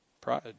Pride